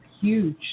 huge